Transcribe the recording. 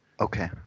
Okay